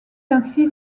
ainsi